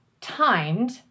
timed